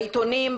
בעיתונים,